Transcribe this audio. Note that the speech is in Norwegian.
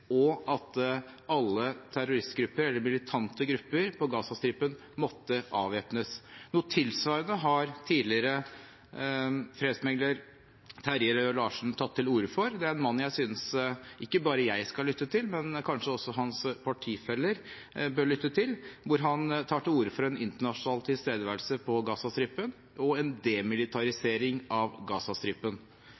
og at alle militante grupper på Gazastripen måtte avvæpnes. Noe tilsvarende har tidligere fredsmegler Terje Rød-Larsen tatt til orde for. Det er en mann jeg synes ikke bare jeg skal lytte til, men som kanskje også hans partifeller bør lytte til. Han tar til orde for en internasjonal tilstedeværelse på Gazastripen og en demilitarisering av